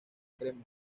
crema